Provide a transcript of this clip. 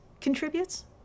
contributes